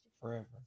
forever